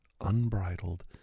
unbridled